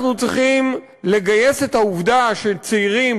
אנחנו צריכים לגייס את העובדה שצעירים,